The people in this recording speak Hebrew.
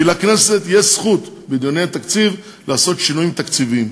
כי לכנסת יש זכות בדיוני התקציב לעשות שינויים תקציביים.